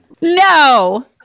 No